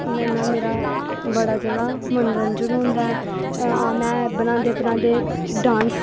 इ'यां इ'यां मेरा बड़ा जेह्ड़ा मनोरंजन होंदा ऐ हां में बनांदे बनांदे डांस